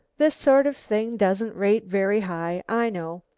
this sort of thing doesn't rate very high, i know.